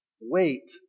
Wait